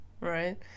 right